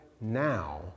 now